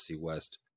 west